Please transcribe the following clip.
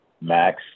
max